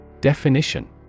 Definition